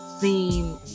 theme